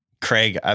Craig